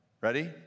Ready